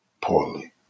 poorly